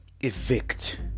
evict